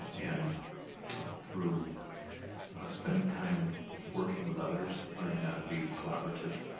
and through spending time working with others, learning how to be collaborative,